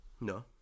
No